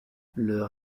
leur